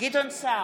גדעון סער,